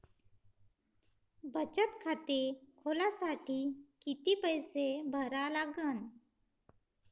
बचत खाते खोलासाठी किती पैसे भरा लागन?